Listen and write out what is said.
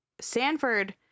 sanford